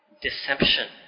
deception